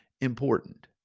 important